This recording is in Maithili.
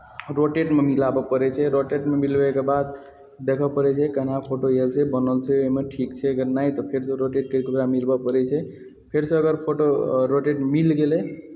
रोटेटमे मिलाबय पड़ै छै रोटेटमे मिलबैके बाद देखय पड़ै छै केना फोटो आयल छै बनल छै एहिमे ठीक छै अगर नहि तऽ फेरसँ रोटेट करि कऽ ओकरा मिलबय पड़ै छै फेरसँ अगर फोटो रोटेट मिल गेलै